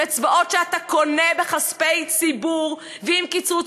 עם אצבעות שאתה קונה בכספי ציבור ועם קיצוץ